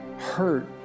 hurt